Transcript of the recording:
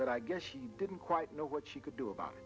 but i guess she didn't quite know what she could do about it